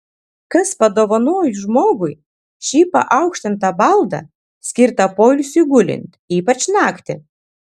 kas padovanojo žmogui šį paaukštintą baldą skirtą poilsiui gulint ypač naktį